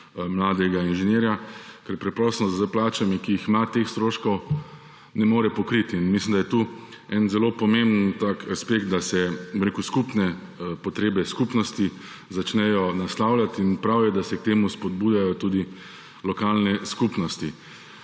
mladega inženirja, ker preprosto s plačami, ki jih imajo, teh stroškov ne more pokriti. Mislim, da je tu zelo pomemben aspekt, da se skupne potrebe skupnosti začnejo naslavljati. In prav je, da se k temu spodbujajo tudi lokalne skupnosti.